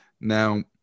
Now